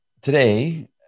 Today